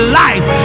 life